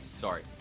Sorry